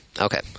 Okay